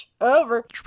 Over